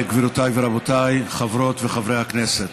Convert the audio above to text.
גבירותיי ורבותיי, חברות וחברי הכנסת,